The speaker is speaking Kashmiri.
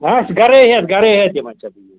بہٕ آسہٕ گرے ہیٚتھ گرٕے ہیٚتھ یِمَے ژٕ بہٕ